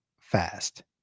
fast